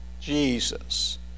Jesus